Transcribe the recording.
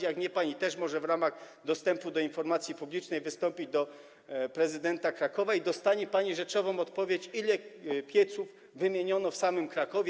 Jak nie, pani też może w ramach dostępu do informacji publicznej wystąpić do prezydenta Krakowa i otrzyma pani rzeczową odpowiedź, ile pieców wymieniono w samym Krakowie.